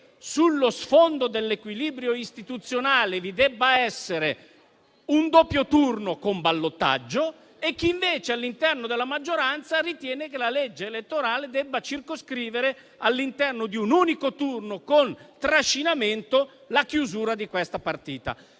sullo sfondo dell'equilibrio istituzionale vi debba essere un doppio turno con ballottaggio e chi, invece, all'interno della maggioranza ritiene che la legge elettorale debba circoscrivere, all'interno di un unico turno con trascinamento, la chiusura di questa partita.